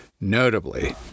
Notably